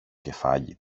κεφάλι